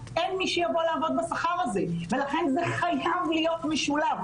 אין מי שיבוא לעבוד בשכר הזה ולכן זה חייב להיות משולב,